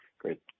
Great